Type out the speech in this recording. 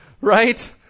Right